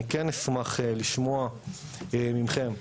אני כן אשמח לשמוע מכם,